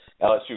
LSU